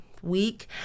week